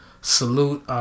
salute